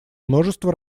множество